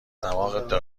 داره